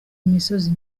imisozi